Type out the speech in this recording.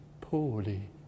poorly